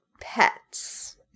pets